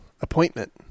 appointment